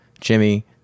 Jimmy